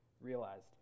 realized